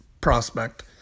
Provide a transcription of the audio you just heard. prospect